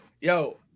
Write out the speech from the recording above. yo